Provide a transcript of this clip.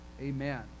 Amen